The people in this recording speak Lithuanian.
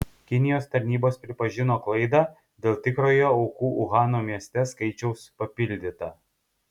kinijos tarnybos pripažino klaidą dėl tikrojo aukų uhano mieste skaičiaus papildyta